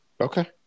Okay